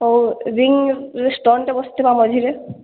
ହେଉ ରିଙ୍ଗ ଷ୍ଟୋନ୍ଟେ ବସିଥିବା ମଝିରେ